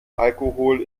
alkohol